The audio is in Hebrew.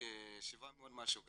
משהו כזה.